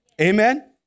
Amen